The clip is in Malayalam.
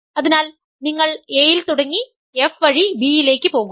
അതിനാൽ നിങ്ങൾ A യിൽ തുടങ്ങി F വഴി B യിലേക്ക് പോകുക